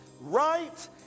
right